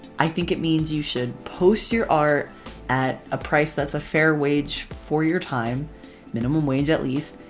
i think it means you should post your art at a price that's a fair wage for your time minimum wage at least.